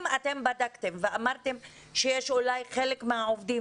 אם אתם בדקתם ואמרתם שאולי חלק מהעובדים